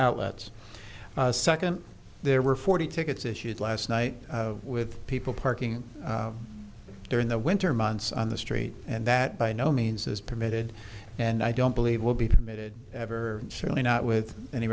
outlets second there were forty tickets issued last night with people parking during the winter months on the street and that by no means is permitted and i don't believe will be permitted ever certainly not with any